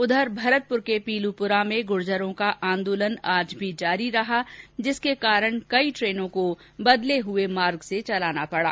उधर भरतपुर के पीलूपुरा में गुर्जरों का आंदोलन आज भी जारी रहा जिसके कारण कई ट्रेनों को बदले हुए मार्ग से चलाना पड़ा